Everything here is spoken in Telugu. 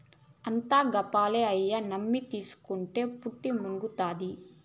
అంతా గప్పాలే, అయ్యి నమ్మి తీస్కుంటే పుట్టి మునుగుతాది